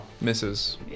Misses